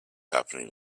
happening